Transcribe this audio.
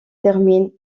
termine